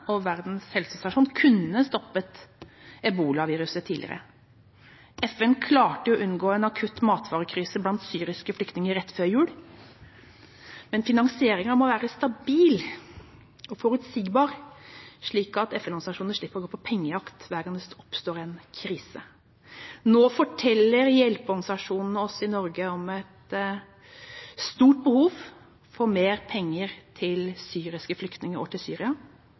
og Verdens helseorganisasjon kunne stoppet ebolaviruset tidligere. FN klarte å forhindre en akutt matvarekrise blant syriske flyktninger rett før jul. Men finansieringa må være stabil og forutsigbar, slik at FN-organisasjonene slipper å gå på pengejakt hver gang det oppstår en krise. Nå forteller hjelpeorganisasjonene i Norge oss om et stort behov for mer penger til syriske flyktninger og til Syria.